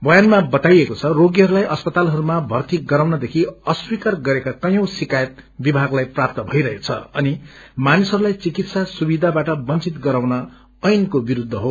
बयानमा बताईएको छ रोगीहस्लाई अस्पातालहरूमा भर्ती गराउन देखि अस्वीकार गरेका कैंयी शिक्रयत विभागलाई प्राप्त भइरहेछ अनि मानिसहस्लाई चिकित्सा सुविधाबाट बँचित गराउन ऐनको विरूद्ध हो